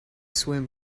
swim